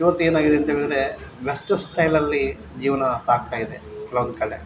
ಇವತ್ತು ಏನಾಗಿದೆ ಅಂತ ಹೇಳಿದ್ರೆ ವೆಸ್ಟು ಸ್ಟೈಲಲ್ಲಿ ಜೀವನ ಸಾಗ್ತಾಯಿದೆ ಕೆಲವೊಂದು ಕಡೆ